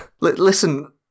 Listen